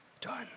done